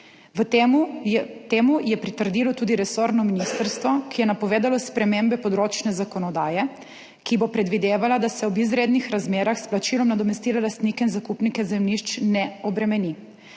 Temu je pritrdilo tudi resorno ministrstvo, ki je napovedalo spremembe področne zakonodaje, ki bo predvidevala, da se ob izrednih razmerah s plačilom nadomestila lastnike in zakupnike zemljišč ne obremeni.